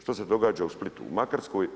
Što se događa u Splitu u Makarskoj?